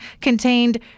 contained